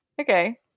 Okay